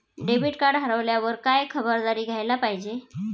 Debit card हरवल्यावर काय खबरदारी घ्यायला पाहिजे?